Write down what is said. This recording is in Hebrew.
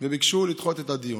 וביקשו לדחות את הדיון.